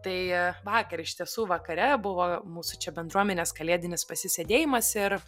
tai vakar iš tiesų vakare buvo mūsų čia bendruomenės kalėdinis pasisėdėjimas ir